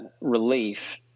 relief